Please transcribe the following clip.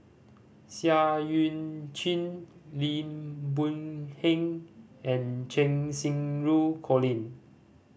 Seah Eu Chin Lim Boon Heng and Cheng Xinru Colin